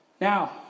Now